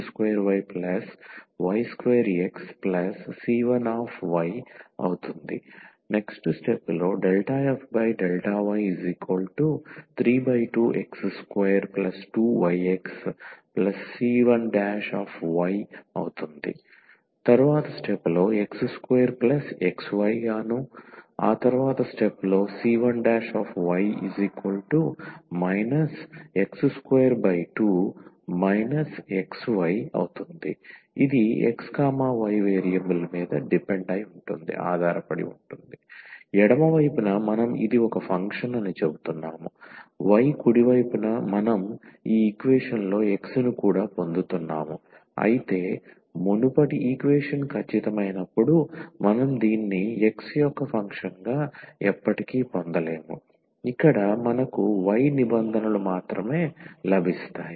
f32x2yy2xc1 ∂f∂y32x22yxc1y x2xy c1y x22 xy⏟x y పై ఆధారపడి ఉంటుంది ఎడమ వైపున మనం ఇది ఒక ఫంక్షన్ అని చెప్తున్నాము 𝑦 కుడి వైపున మనం ఈ ఈక్వేషన్ లో x ను కూడా పొందుతున్నాము అయితే మునుపటి ఈక్వేషన్ ఖచ్చితమైనప్పుడు మనం దీన్ని x యొక్క ఫంక్షన్ గా ఎప్పటికీ పొందలేము ఇక్కడ మనకు 𝑦 నిబంధనలు మాత్రమే లభిస్తాయి